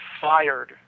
fired